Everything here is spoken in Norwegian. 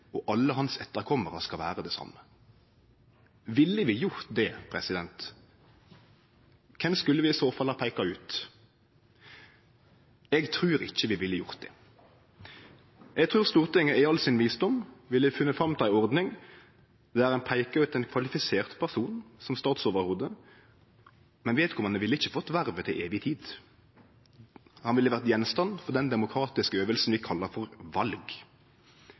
og alle hans etterkomarar skal vere det same. Ville vi gjort det? Kven skulle vi i så fall ha peika ut? Eg trur ikkje vi ville gjort det. Eg trur Stortinget i all sin visdom ville funne fram til ei ordning der ein peiker ut ein kvalifisert person som statsoverhovud. Men vedkomande ville ikkje fått vervet til evig tid – han ville vore gjenstand for den demokratiske øvinga vi kallar